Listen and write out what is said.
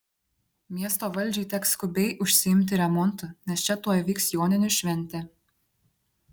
miesto valdžiai teks skubiai užsiimti remontu nes čia tuoj vyks joninių šventė